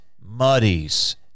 muddies